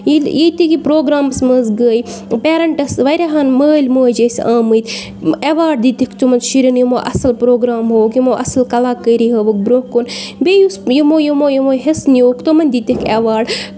ییٚلہِ یہِ تہِ یہِ پروگرامَس منٛز گٔے پٮ۪رَنٹَس واریاہَن مٲلۍ مٲج ٲسۍ آمٕتۍ اٮ۪واڈ دِتِکھ تِمَن شُرٮ۪ن یِمو اَصٕل پروگرام ہووُکھ یِمَو اَصٕل کَلاکٲری ہٲوٕکھ برٛونہہ کُن بیٚیہِ یُس یِمَو یِمَو یِمَو حصہٕ نیوٗکھ تِمَن دِتِکھ اٮ۪واڈ